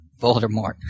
Voldemort